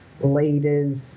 leaders